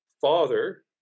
Father